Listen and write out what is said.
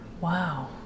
Wow